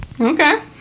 Okay